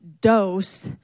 dose